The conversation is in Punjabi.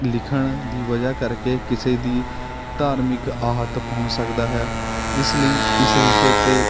ਲਿਖਣ ਦੀ ਵਜ੍ਹਾ ਕਰਕੇ ਕਿਸੇ ਦੀ ਧਾਰਮਿਕ ਆਹਤ ਪਹੁੰਚ ਸਕਦਾ ਹੈ ਇਸ ਲਈ ਇਸ ਵਿਸ਼ੇ 'ਤੇ